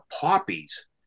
poppies